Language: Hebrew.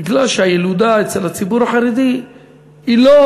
בגלל שהילודה אצל הציבור החרדי היא לא